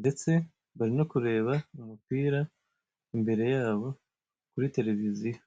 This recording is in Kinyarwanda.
ndetse bari no kureba umupira imbere yabo kuri televiziyo.